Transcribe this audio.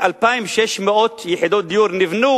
2,600 יחידות דיור נבנו